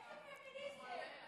איזה פמיניזם?